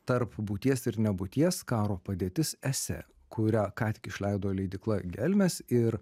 tarp būties ir nebūties karo padėtis esė kurią ką tik išleido leidykla gelmės ir